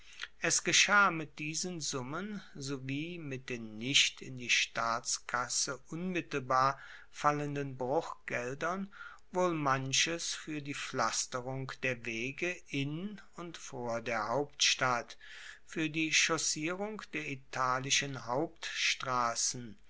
es geschah mit diesen summen sowie mit den nicht in die staatskasse unmittelbar fallenden bruchgeldern wohl manches fuer die pflasterung der wege in und vor der hauptstadt fuer die chaussierung der italischen hauptstrassen